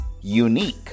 unique